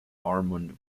ormond